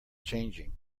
changing